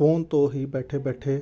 phone ਤੋਂ ਹੀ ਬੈਠੇ ਬੈਠੇ